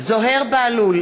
זוהיר בהלול,